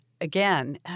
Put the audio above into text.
Again